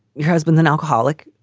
your husband, an alcoholic.